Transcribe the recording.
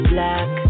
Black